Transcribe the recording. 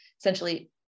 essentially